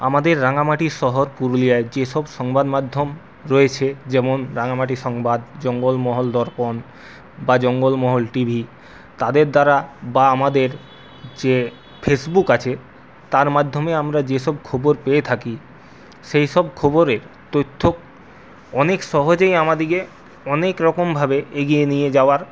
আমাদের রাঙামাটির শহর পুরুলিয়ায় যে সব সংবাদমাধ্যম রয়েছে যেমন রাঙামাটি সংবাদ জঙ্গলমহল দর্পণ বা জঙ্গলমহল টিভি তাদের দ্বারা বা আমাদের যে ফেসবুক আছে তার মাইধ্যমে আমরা যে সব খবর পেয়ে থাকি সেই সব খবরে তথ্য অনেক সহজেই আমাদেরকে অনেক রকমভাবে এগিয়ে নিয়ে যাওয়ার